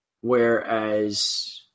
whereas